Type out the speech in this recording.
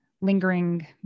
lingering